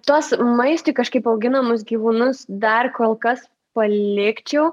tuos maistui kažkaip auginamus gyvūnus dar kol kas palikčiau